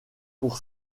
pour